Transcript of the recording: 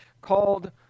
called